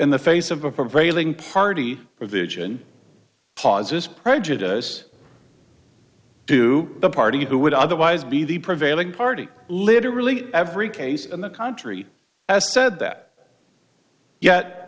in the face of a prevailing party vision causes prejudice to the party who would otherwise be the prevailing party literally every case in the country as said that yet